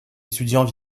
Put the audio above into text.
étudiants